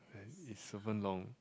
and it's super long